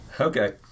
Okay